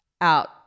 out